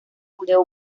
judeo